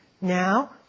Now